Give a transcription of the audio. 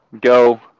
go